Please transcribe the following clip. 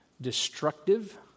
destructive